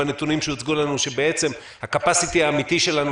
בנתונים שהוקצו לנו ש"הקפאסיטי" האמתי שלנו